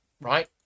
right